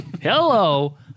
Hello